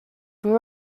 grew